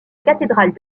cathédrale